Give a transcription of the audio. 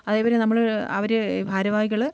അതേപോലെ നമ്മൾ അവർ ഭാരവാഹികൾ